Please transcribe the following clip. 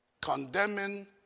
Condemning